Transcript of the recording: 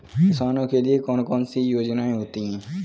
किसानों के लिए कौन कौन सी योजनायें होती हैं?